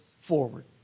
forward